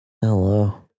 Hello